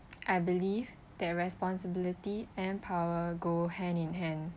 I believe that responsibility and power go hand in hand